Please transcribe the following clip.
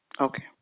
Okay